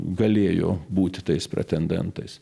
galėjo būti tais pretendentais